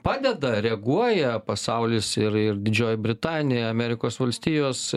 padeda reaguoja pasaulis ir ir didžioji britanija amerikos valstijos